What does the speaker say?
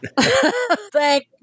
Thank